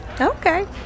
Okay